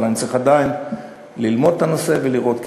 אבל אני צריך עדיין ללמוד את הנושא ולראות,